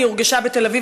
היא הורגשה בתל אביב,